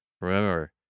Remember